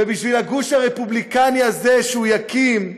ובשביל הגוש הרפובליקני הזה שהוא יקים,